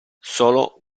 solo